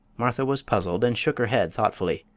martha was puzzled and shook her head, thoughtfully.